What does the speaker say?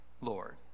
Lord